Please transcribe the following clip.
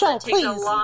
please